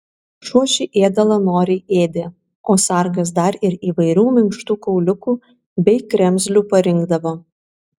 šuo šį ėdalą noriai ėdė o sargas dar ir įvairių minkštų kauliukų bei kremzlių parinkdavo